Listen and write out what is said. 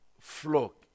flock